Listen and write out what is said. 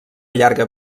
llarga